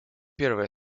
первая